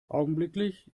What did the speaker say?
augenblicklich